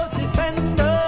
defender